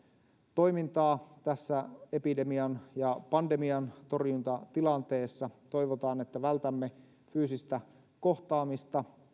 toimintaa tässä epidemian ja pandemian torjuntatilanteessa toivotaan että vältämme fyysistä kohtaamista